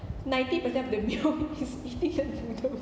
ninety percent of the meal is eating the noodles